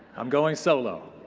i'm going solo.